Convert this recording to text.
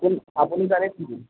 আপুনি তাৰে কি